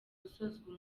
gusozwa